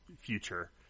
future